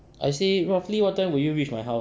I say roughly what time will you reach my house